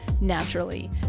naturally